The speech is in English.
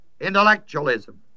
intellectualism